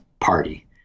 party